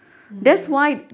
mm